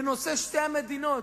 בנושא שתי המדינות.